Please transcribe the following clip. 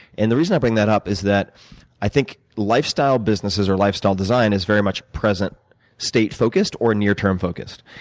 and the reason i bring that up is that i think lifestyle businesses, or lifestyle design is very much present state focused, or near term focused.